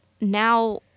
now